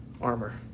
armor